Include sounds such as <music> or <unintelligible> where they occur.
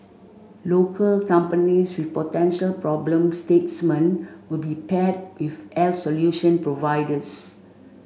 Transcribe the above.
local companies with potential problem statement will be paired with <unintelligible> solution providers